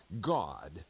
God